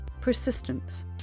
Persistence